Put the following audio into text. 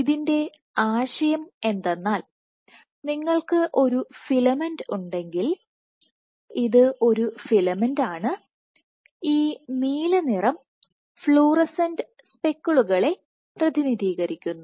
ഇതിൻറെ ആശയം എന്തെന്നാൽ നിങ്ങൾക്ക് ഒരു ഫിലമെന്റ് ഉണ്ടെങ്കിൽ ഇത് ഒരു ഫിലമെന്റാണ് ഈ നീല നിറം ഫ്ലൂറസെന്റ് സ്പെക്കിളുകളെ പ്രതിനിധീകരിക്കുന്നു